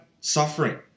suffering